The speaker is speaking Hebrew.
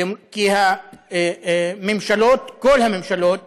כי כל הממשלות